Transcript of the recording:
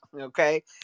okay